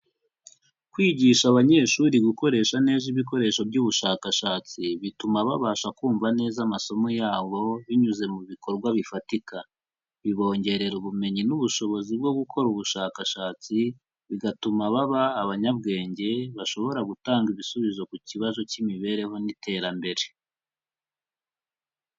Kwigisha abanyeshuri gukoresha neza ibikoresho by'ubushakashatsi bituma babasha kumva neza amasomo yabo binyuze mu bikorwa bifatika, bibongerera ubumenyi n'ubushobozi bwo gukora ubushakashatsi bigatuma baba abanyabwenge, bashobora gutanga ibisubizo ku kibazo cy'imibereho n'iterambere.